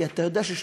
כי אתה יודע,